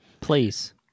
Please